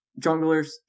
Junglers